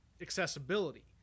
accessibility